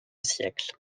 siècles